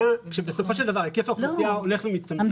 כשבסופו של דבר היקף האוכלוסייה הולך ומצטמצם,